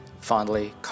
Fondly